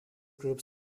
groups